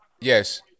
Yes